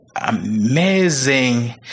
amazing